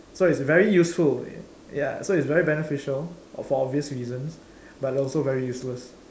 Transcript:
so it's very useful ya so it's very beneficial for obvious reasons but also very useless